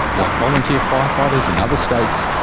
like volunteer fire fighters in other states,